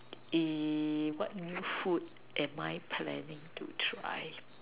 what new food am I planning to try